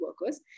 workers